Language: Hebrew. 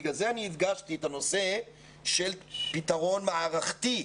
בגלל זה אני הדגשתי את הנושא של פתרון מערכתי.